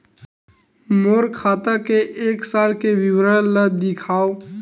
मोर खाता के एक साल के विवरण ल दिखाव?